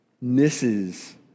misses